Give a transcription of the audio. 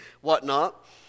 whatnot